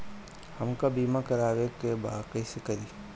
हमका बीमा करावे के बा कईसे करी?